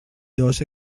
dos